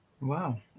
Wow